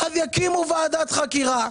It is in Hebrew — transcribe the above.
אז יקימו ועדת חקירה,